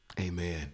Amen